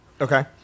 okay